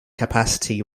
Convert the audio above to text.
capacity